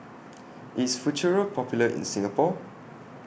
IS Futuro Popular in Singapore